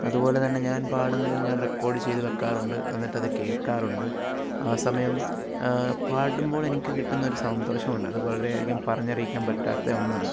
അതുപോലെ തന്നെ ഞാൻ പാടുന്നത് ഞാൻ റെക്കോർഡ് ചെയ്ത് വയ്ക്കാറുണ്ട് എന്നിട്ടത് കേൾക്കാറുണ്ട് ആ സമയം പാടുമ്പോൾ എനിക്ക് കിട്ടുന്ന ഒരു സന്തോഷമുണ്ട് അത് വളരെ അധികം പറഞ്ഞറിയിക്കാൻ പറ്റാത്ത ഒന്നാണ്